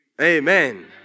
Amen